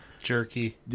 jerky